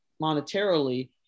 monetarily